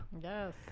Yes